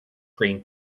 green